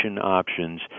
options